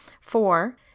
Four